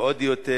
ועוד יותר.